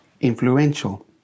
influential